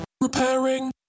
repairing